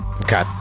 Okay